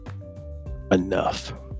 enough